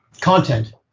content